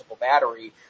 battery